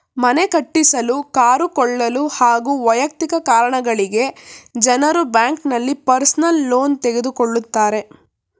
ಮನೆ ಕಟ್ಟಿಸಲು ಕಾರು ಕೊಳ್ಳಲು ಹಾಗೂ ವೈಯಕ್ತಿಕ ಕಾರಣಗಳಿಗಾಗಿ ಜನರು ಬ್ಯಾಂಕ್ನಲ್ಲಿ ಪರ್ಸನಲ್ ಲೋನ್ ತೆಗೆದುಕೊಳ್ಳುತ್ತಾರೆ